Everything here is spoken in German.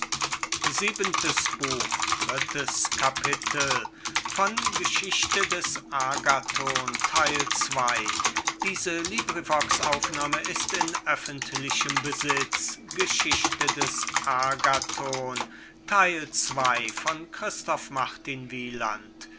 käufer des agathon